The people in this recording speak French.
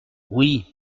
oui